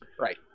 Right